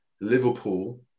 Liverpool